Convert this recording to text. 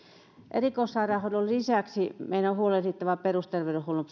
erikoissairaanhoidon lisäksi meidän on huolehdittava perusterveydenhuollon